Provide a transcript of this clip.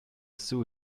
sue